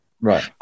Right